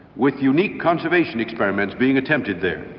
with unique conservation experiments being attempted there.